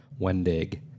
Wendig